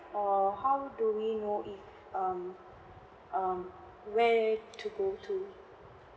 or how do we know if um um where to go to